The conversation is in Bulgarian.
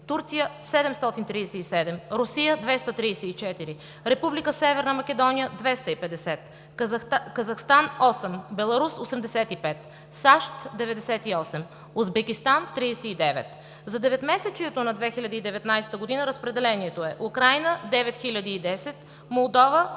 Турция – 737, Русия – 234, Република Северна Македония – 250, Казахстан – 8, Беларус – 85, САЩ – 98, Узбекистан – 39. За деветмесечието на 2019 г. разпределението е: Украйна – 9010, Молдова – 1038,